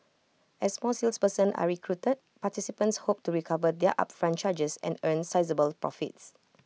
as more salespersons are recruited participants hope to recover their upfront charges and earn sizeable profits